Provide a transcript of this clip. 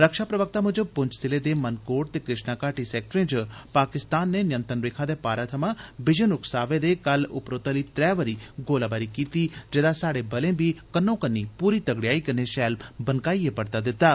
रक्षा प्रवक्ता मूजब पुंछ जिले दे मनकोट ते कृष्णा घाटी सेक्टरें च पाकिस्तान नै नियंत्रण रेखा दे पारै थमां बिजन उक्सावे दे कल उपरोतली त्रै बारी गोलाबारी कीती जेहदा स्हाड़े बलें बी कन्नोकन्नी पूरी तगड़ेयाई कन्नै शैल बनकाइयै परता दित्ता